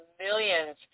millions